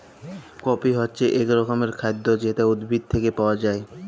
coffee হছে ইক রকমের খাইদ্য যেট উদ্ভিদ থ্যাইকে পাউয়া যায়